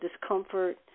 discomfort